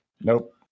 Nope